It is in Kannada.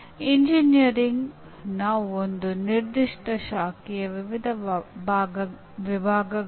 ಅವರು ಇಂಟರ್ನೆಟ್ ಮೂಲಕ ಪರಸ್ಪರ ಸಂವಹನ ನಡೆಸಬಹುದು